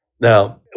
Now